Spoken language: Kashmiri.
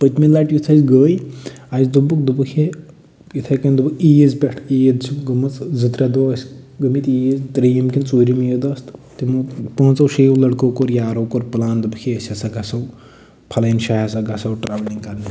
پٔتمہِ لَٹہِ یُتھ أسۍ گٔے اَسہِ دوٚپُکھ دوٚپُکھ ہے یِتھٕے کٔنۍ دوٚپُکھ عیٖذ پٮ۪ٹھ عیٖز چھِ گٔمٕژ زٕ ترٛےٚ دۄہ ٲسۍ گٔمٕتۍ عیٖز تریٚیِم کِنہٕ ژوٗرِم عیٖد ٲس تہٕ تِمو پانٛژو شیٚیو لٔڑکو کوٚر یارو کوٚر پُلان دوٚپُکھ ہے أسۍ ہَسا گَژھو فَلٲنۍ شایہِ ہَسا گَژھو ٹرٛاولِنٛگ کَرنہِ ہسا گژھو